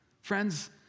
Friends